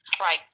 Right